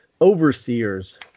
overseers